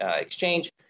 exchange